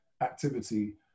activity